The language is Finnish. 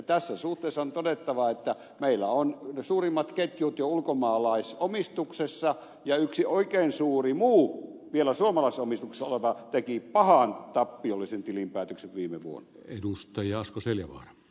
tässä suhteessa on todettava että meillä on suurimmat ketjut jo ulkomaalaisomistuksessa ja yksi oikein suuri muu vielä suomalaisessa omistuksessa oleva teki pahan tappiollisen tilinpäätöksen viime vuonna